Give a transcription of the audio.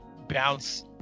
bounce